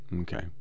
Okay